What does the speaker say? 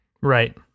right